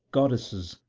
goddesses,